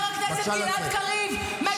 -- אין לו שום יכולת לשבת פה ולומר: אתה